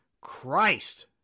christ